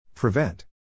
Prevent